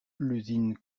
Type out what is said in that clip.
l’usine